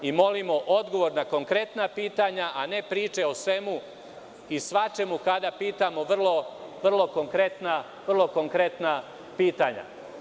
Molimo odgovor na konkretna pitanja, a ne priče o svemu i svačemu kada pitamo vrlo konkretna pitanja.